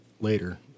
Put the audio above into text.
later